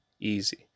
easy